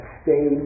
stay